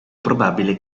probabile